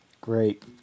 Great